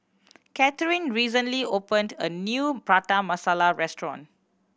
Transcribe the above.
Catharine recently opened a new Prata Masala restaurant